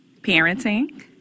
Parenting